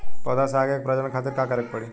पौधा से आगे के प्रजनन खातिर का करे के पड़ी?